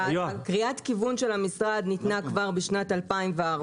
קריאת הכיוון של המשרד ניתנה כבר בשנת 2014,